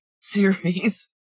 series